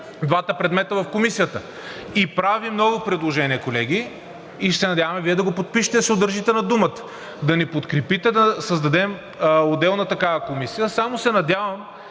двата предмета в Комисията. Правим ново предложение, колеги, и се надяваме Вие да го подпишете, да си удържите на думата: да ни подкрепите да създадем отделна такава комисия. Само се надявам